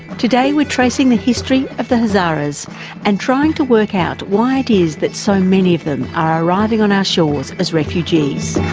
today we're tracing the history of the hazaras and trying to work out why it is that so many of them are arriving on our shores as refugees.